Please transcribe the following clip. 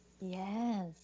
yes